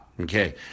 Okay